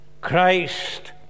Christ